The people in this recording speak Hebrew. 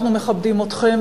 אנחנו מכבדים אתכם,